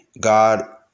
God